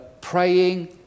praying